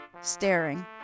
staring